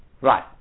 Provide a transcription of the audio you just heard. Right